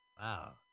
Wow